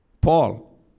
Paul